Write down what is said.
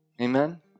Amen